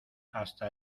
hasta